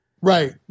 right